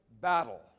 battle